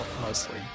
mostly